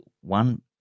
One